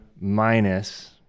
minus